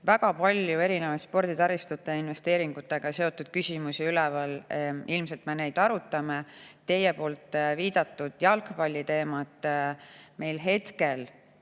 väga palju erinevaid sporditaristute investeeringutega seotud küsimusi üleval. Ilmselt me neid arutame. Teie poolt viidatud jalgpalliteemat [praeguse]